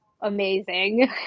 amazing